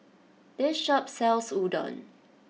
this shop sells Udon